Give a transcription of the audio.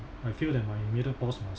I feel that my middle boss must